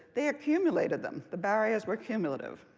they accumulated them. the barriers were cumulative.